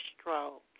stroke